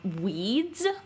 Weeds